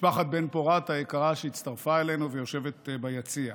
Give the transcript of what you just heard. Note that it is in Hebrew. משפחת בן-פורת היקרה, שהצטרפה אלינו ויושבת ביציע,